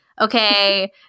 Okay